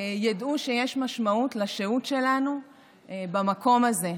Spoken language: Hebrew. ידעו שיש משמעות לשהות שלנו במקום הזה,